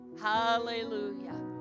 hallelujah